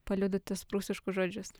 paliudytus prūsiškus žodžius